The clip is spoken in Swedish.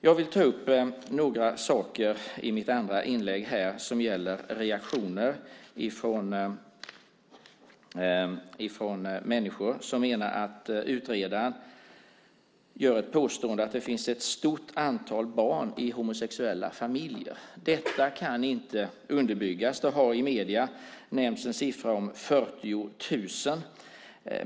Jag vill ta upp några saker som gäller reaktioner från människor som menar att utredaren gör ett påstående att det finns ett stort antal barn i homosexuella familjer. Detta kan inte underbyggas. Det har i medier nämnts en siffra om 40 000.